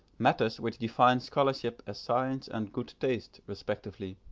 matters which define scholarship as science and good taste respectively.